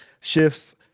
shifts